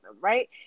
right